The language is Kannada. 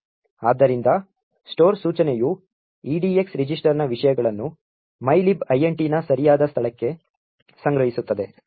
ಆದ್ದರಿಂದ ಸ್ಟೋರ್ ಸೂಚನೆಯು EDX ರಿಜಿಸ್ಟರ್ನ ವಿಷಯಗಳನ್ನು mylib int ನ ಸರಿಯಾದ ಸ್ಥಳಕ್ಕೆ ಸಂಗ್ರಹಿಸುತ್ತದೆ